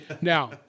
Now